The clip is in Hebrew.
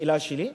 השאלה בשבילי?